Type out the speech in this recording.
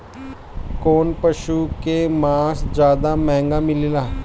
कौन पशु के मांस ज्यादा महंगा मिलेला?